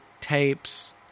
tapes